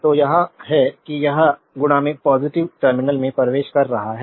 तो यह है कि यह पॉजिटिव टर्मिनल में प्रवेश कर रहा है